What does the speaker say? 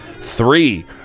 Three